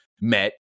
met